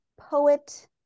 poet